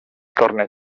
torneig